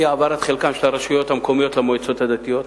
אי-העברת חלקן של הרשויות המקומיות למועצות הדתיות.